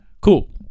cool